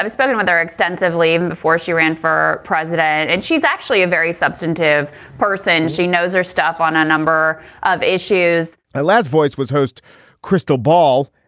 i spend it on there extensively before she ran for president. and she's actually a very substantive person. she knows her stuff on a number of issues that last voice was host crystal ball.